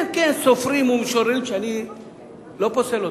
כן, כן, סופרים ומשוררים שאני לא פוסל אותם.